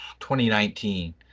2019